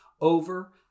over